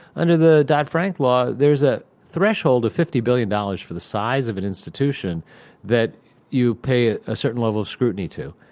under the dodd-frank law, there is a threshold of fifty billion dollars for the size of an institution that you pay ah a certain level of scrutiny to.